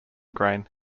grain